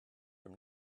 from